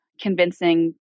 convincing